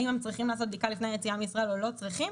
האם הם צריכים לעשות בדיקה לפני היציאה מישראל או לא צריכים?